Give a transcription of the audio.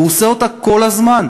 והוא עושה אותה כל הזמן,